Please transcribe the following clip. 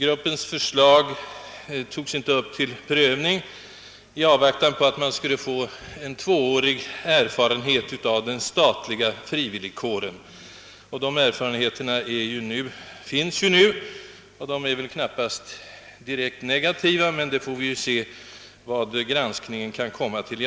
Gruppens förslag togs inte upp till prövning i avvaktan på att man skulle få en tvåårig erfarenhet av en statligt organiserad frivilligkår. De erfarenheterna finns ju numera, och de är väl knappast direkt negativa. Vi får väl se vad man kan komma till vid den pågående granskningen.